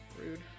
Rude